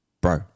bro